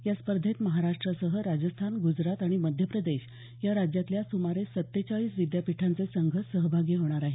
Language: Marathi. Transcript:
या स्पर्धेत महाराष्ट्रासह राजस्थान ग्जरात आणि मध्यप्रदेश या राज्यातल्या सुमारे सत्तेचाळीस विद्यापीठांचे संघ सहभागी होणार आहेत